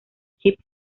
chips